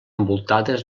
envoltades